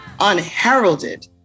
unheralded